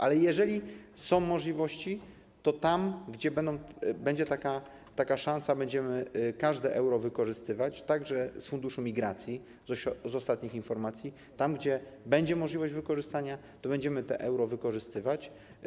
Ale jeżeli są możliwości, to tam gdzie będzie taka szansa, będziemy każde euro wykorzystywać, także z funduszu migracji, tak wynika z ostatnich informacji; tam gdzie będzie możliwość wykorzystania, będziemy to euro wykorzystywać.